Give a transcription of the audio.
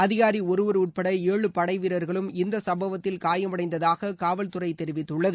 அதிகாரி ஒருவர் உட்பட ஏழு படை வீரர்களும் இந்த சும்பவத்தில் காயமடைந்ததாக காவல்துறை தெரிவித்துள்ளது